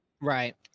Right